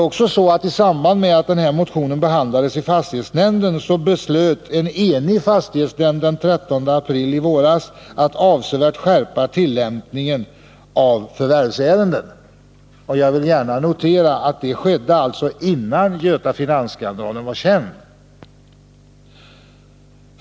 I samband med att den här motionen behandlades i fastighetsnämnden beslöt en enig fastighetsämnd den 13 april i år att avsevärt skärpa tillämpningen av lagen vid förvärvsärenden. Jag vill gärna notera att det skedde innan Göta Finans-skandalen var känd.